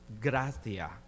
gratia